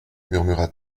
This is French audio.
murmura